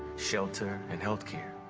shelter, and health care.